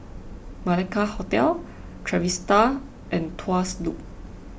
Malacca Hotel Trevista and Tuas Loop